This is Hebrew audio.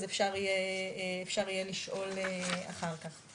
אז אפשר יהיה לשאול אחר כך.